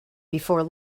before